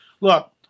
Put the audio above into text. Look